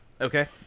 Okay